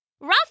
Ruff